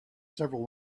several